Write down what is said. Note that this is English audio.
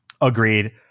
agreed